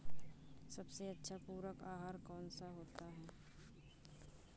सबसे अच्छा पूरक आहार कौन सा होता है?